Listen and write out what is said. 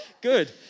Good